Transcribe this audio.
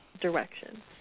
direction